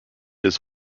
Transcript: his